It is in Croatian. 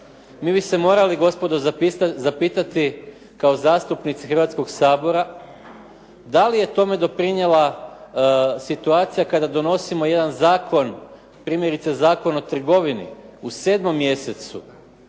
Mi bi se morali gospodo zapitati kao zastupnici Hrvatskoga sabora da li je tome doprinijela situacija kada donosimo jedan zakon, primjerice Zakon o trgovini u 7. mjesecu